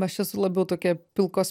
aš esu labiau tokia pilkos